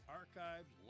archived